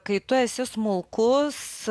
kai tu esi smulkus